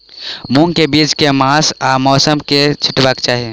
मूंग केँ बीज केँ मास आ मौसम मे छिटबाक चाहि?